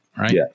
Right